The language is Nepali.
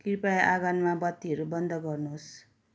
कृपया आँगनमा बत्तीहरू बन्द गर्नुहोस्